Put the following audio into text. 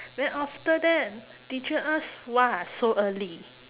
then after that the teacher ask !wah! so early